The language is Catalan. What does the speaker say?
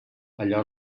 allò